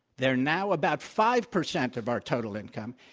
they're now about five percent of our total income.